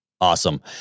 Awesome